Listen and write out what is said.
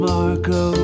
Marco